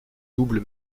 double